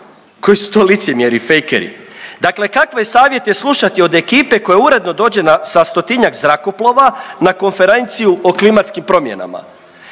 Koji su to licemjeri i fejkeri. Dakle, kakve savjete slušati od ekipe koja uredno dođe sa stotinjak zrakoplova na Konferenciju o klimatskim promjenama.